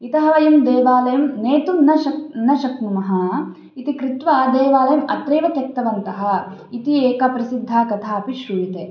इतः वयं देवालयं नेतुं न शक् न शक्नुमः इति कृत्वा देवालयम् अत्रैव त्यक्तवन्तः इति एका प्रसिद्धा कथापि श्रूयते